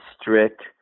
strict